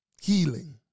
Healing